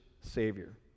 savior